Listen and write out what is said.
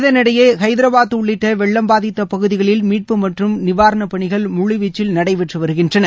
இதனிடையே ஹைதராபாத் உள்ளிட்ட வெள்ளம் பாதித்த பகுதிகளில் மீட்பு மற்றும் நிவாரணப் பணிகள் முழுவீச்சில் நடைபெற்று வருகின்றன